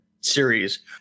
series